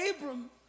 Abram